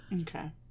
Okay